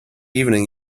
evening